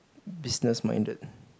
business minded